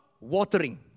watering